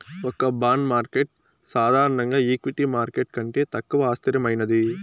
ఒక bond market సాధారణంగా equity market కంటే తక్కువ అస్థిరమైనది